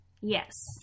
Yes